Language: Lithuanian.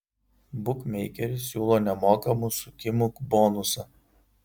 bukmeikeris siūlo nemokamų sukimų bonusą